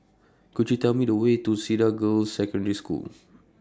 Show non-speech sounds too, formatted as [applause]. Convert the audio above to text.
Could YOU Tell Me The Way to Cedar Girls' Secondary School [noise]